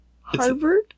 Harvard